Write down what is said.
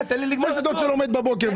איזה דוד שלו מת בבוקר?